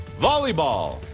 Volleyball